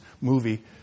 movie